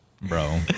Bro